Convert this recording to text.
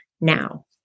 now